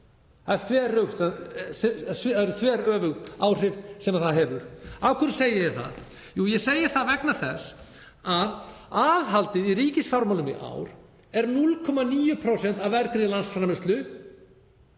Það eru þveröfug áhrif sem það hefur. Af hverju segi ég það? Ég segi það vegna þess að aðhaldið í ríkisfjármálum er 0,9% af vergri landsframleiðslu